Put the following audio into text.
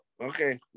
okay